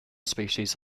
species